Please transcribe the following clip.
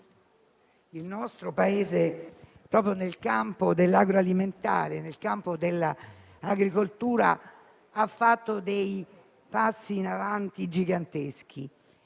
il nostro Paese, proprio nel campo dell'agroalimentare e dell'agricoltura, ha fatto dei passi in avanti giganteschi.